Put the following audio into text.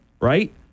right